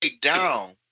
Down